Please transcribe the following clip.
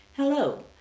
Hello